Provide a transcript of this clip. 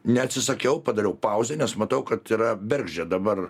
neatsisakiau padariau pauzę nes matau kad yra bergždžia dabar